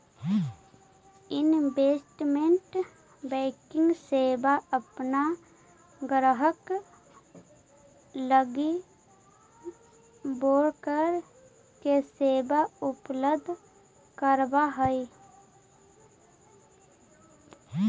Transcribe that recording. investment banking सेवा अपन ग्राहक लगी ब्रोकर के सेवा उपलब्ध करावऽ हइ